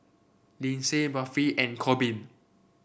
Lynsey Buffy and Corbin